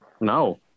No